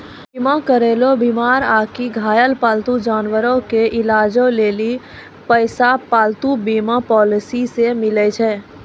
बीमा करैलो बीमार आकि घायल पालतू जानवरो के इलाजो लेली पैसा पालतू बीमा पॉलिसी से मिलै छै